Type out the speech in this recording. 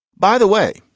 by the way,